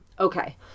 Okay